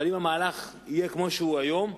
אבל אם המהלך יהיה כמו שהוא היום,